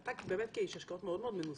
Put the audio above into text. אתה כאיש השקעות מאוד מנוסה,